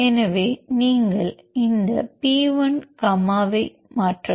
எனவே நீங்கள் இந்த பி 1 கமாவை மாற்றவும்